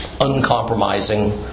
uncompromising